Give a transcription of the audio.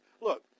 Look